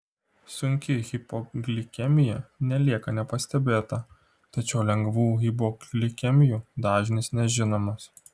sunki hipoglikemija nelieka nepastebėta tačiau lengvų hipoglikemijų dažnis nežinomas